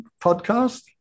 podcast